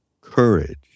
Courage